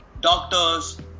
doctors